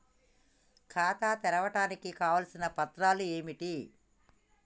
ఖాతా తెరవడానికి కావలసిన పత్రాలు ఏమిటి?